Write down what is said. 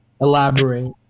Elaborate